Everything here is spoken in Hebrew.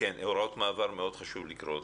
הוראות מעבר, מאוד חשוב לקרוא אותן.